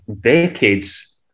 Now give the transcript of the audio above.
decades